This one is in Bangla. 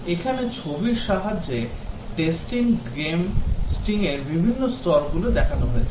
এখানে ছবির সাহায্যে টেস্টিংয়ের বিভিন্ন স্তর গুলো দেখানো হয়েছে